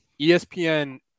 ESPN –